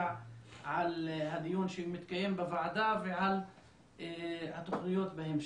על הדיון שמתקיים בוועדה ועל התוכניות בהמשך.